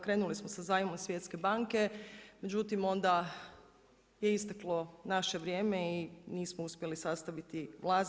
Krenuli smo sa zajmom Svjetske banke, međutim onda je isteklo naše vrijeme i nismo uspjeli sastaviti vlast.